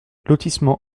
lotissement